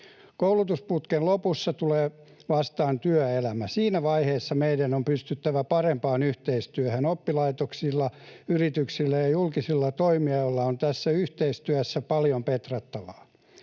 Koulutusputken lopussa tulee vastaan työelämä. Siinä vaiheessa meidän on pystyttävä parempaan yhteistyöhön. Oppilaitoksilla, yrityksillä ja julkisilla toimijoilla on tässä yhteistyössä paljon petrattavaa.